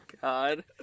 God